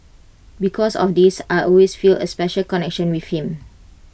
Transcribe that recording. because of this I always feel A special connection with him